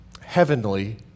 heavenly